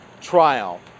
trial